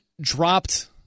Dropped